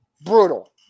brutal